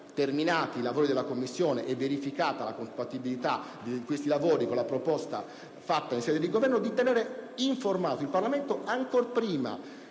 terminati i lavori della commissione e verificata la loro compatibilità con la proposta fatta in sede di Governo, di tenere informato il Parlamento ancor prima